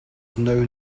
known